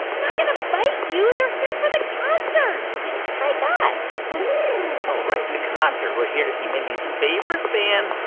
they're not going to bite you. they're here for the concert, just like ah us oh, right. the concert. we're here to see mindy's favorite band,